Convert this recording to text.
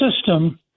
system